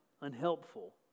unhelpful